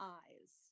eyes